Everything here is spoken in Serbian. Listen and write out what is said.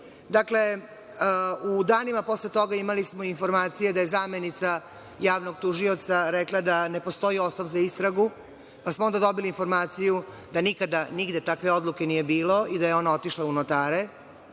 Dakle, u danima posle toga imali smo informacije da je zamenica javnog tužioca rekla da ne postoji osnov za istragu. Onda smo dobili informaciju da nikada nigde takve odluke nije bilo i da je ona otišla u notare.